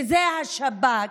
שזה השב"כ,